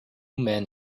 men